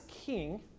king